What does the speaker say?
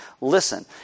listen